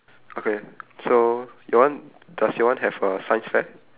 okay so your one does your one have a science fair